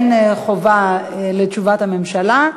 אין חובה לתשובת הממשלה,